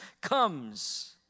comes